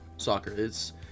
Soccer—it's